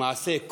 למעשה,